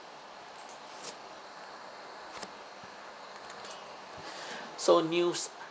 so news